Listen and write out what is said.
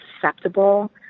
susceptible